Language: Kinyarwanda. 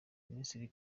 minisitiri